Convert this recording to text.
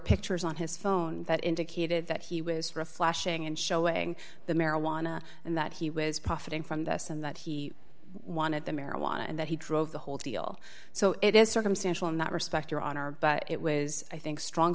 pictures on his phone that indicated that he was for a flashing and showing the marijuana and that he was profiting from this and that he wanted the marijuana and that he drove the whole deal so it is circumstantial in that respect your honor but it was i think strong